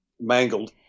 mangled